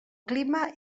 clima